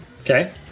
Okay